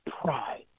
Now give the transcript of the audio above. pride